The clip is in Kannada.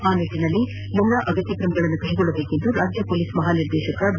ಆ ನಿಟ್ಟಿನಲ್ಲಿ ಎಲ್ಲ ಅಗತ್ಯ ಕ್ರಮಗಳನ್ನು ಕೈಗೊಳ್ಳುವಂತೆ ರಾಜ್ಯ ಪೊಲೀಸ್ ಮಹಾನಿರ್ದೇಶಕ ಬಿ